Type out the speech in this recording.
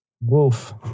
Wolf